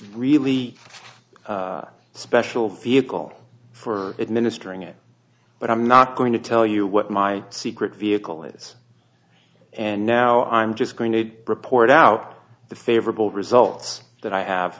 really special vehicle for administering it but i'm not going to tell you what my secret vehicle is and now i'm just going to report out the favorable results that i have